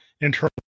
internal